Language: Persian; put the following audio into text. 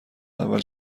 اول